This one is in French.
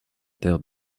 terre